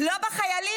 -- לא בחיילים,